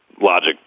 logic